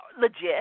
legit